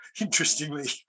Interestingly